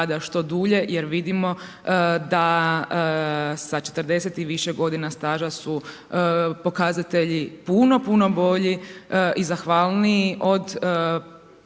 što dulje jer vidimo da sa 40 i više godina staža su pokazatelji puno, puno bolji i zahvalniji od